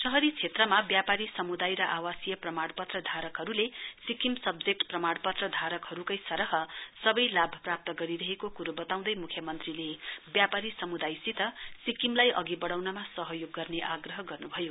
शहरी क्षेत्र व्यापारी समुदाय र आवासीय प्रमाणपत्र धारकहरूले सिक्किम सब्जेक्ट प्रमाणपत्र धारकहरूकै सरह सबै लाभ प्राप्त गरिरहेको कुरो बताँउदै मुख्यमन्त्रीले व्यापारी समुदायसित सिक्कमलाई अघि बढ़ाउनमा सहयोग गर्ने आग्रह गर्नुभयो